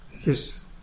Yes